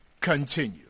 continue